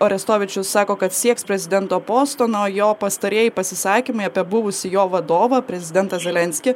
orestovičius sako kad sieks prezidento posto na o jo pastarieji pasisakymai apie buvusį jo vadovą prezidentą zelenskį